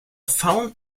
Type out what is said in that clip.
fountain